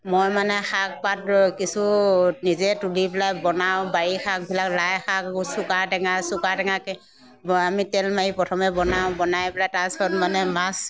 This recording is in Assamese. মই মানে শাক পাত কিছু নিজে তুলি পেলাই বনাওঁ বাৰীৰ শাকবিলাক লাইশাক আকৌ চোকা টেঙা চোকা টেঙা আমি তেল মাৰি আমি প্ৰথমে বনাওঁ বনাই পেলাই তাৰপিছত মানে মাছ